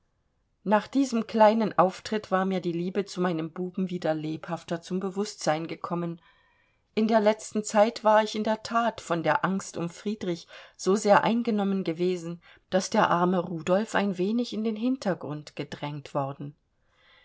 nach diesem kleinen auftritt war mir die liebe zu meinem buben wieder lebhafter zum bewußtsein gekommen in der letzten zeit war ich in der that von der angst um friedrich so sehr eingenommen gewesen daß der arme rudolf ein wenig in den hintergrund gedrängt worden